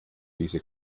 diese